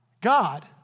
God